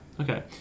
Okay